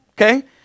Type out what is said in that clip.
Okay